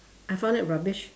I found it rubbish